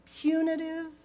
punitive